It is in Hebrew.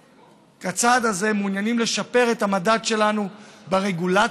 בצעד הזה אנחנו מעוניינים לשפר את המדד שלנו ברגולציה,